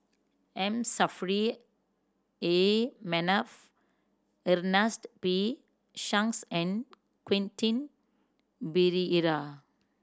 M Saffri A Manaf Ernest P Shanks and Quentin Pereira